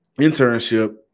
internship